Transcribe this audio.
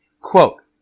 Quote